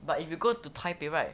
but if you go to taipei right